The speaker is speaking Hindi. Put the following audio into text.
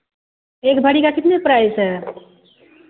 एक भरी का कितने प्राइस है